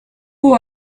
who